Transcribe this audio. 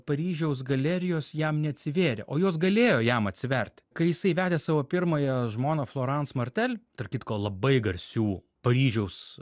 paryžiaus galerijos jam neatsivėrė o jos galėjo jam atsiverti kai jisai vedė savo pirmąją žmoną florans martel tarp kitko labai garsių paryžiaus